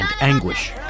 anguish